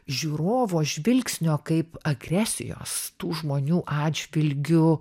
žiūrovo žvilgsnio kaip agresijos tų žmonių atžvilgiu